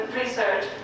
research